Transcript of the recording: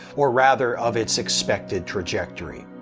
or rather of its expected trajectory.